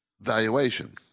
valuation